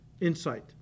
insight